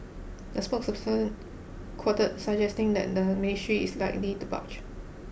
the spokesperson quoted suggesting that the ministry is likely to budge